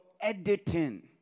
editing